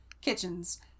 kitchens